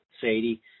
Sadie